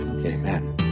Amen